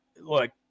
look